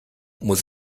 muss